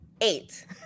Eight